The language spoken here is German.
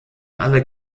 alle